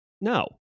no